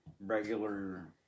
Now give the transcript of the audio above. regular